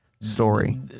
story